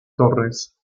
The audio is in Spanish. torres